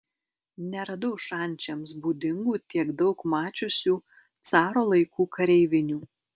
neradau šančiams būdingų tiek daug mačiusių caro laikų kareivinių